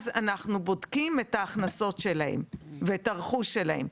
אז אנחנו בודקים את ההכנסות שלהם ואת הרכוש שלהם.